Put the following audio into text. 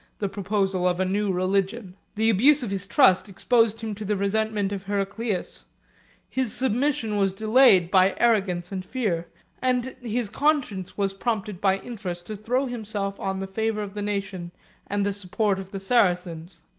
the proposal of a new religion. the abuse of his trust exposed him to the resentment of heraclius his submission was delayed by arrogance and fear and his conscience was prompted by interest to throw himself on the favor of the nation and the support of the saracens.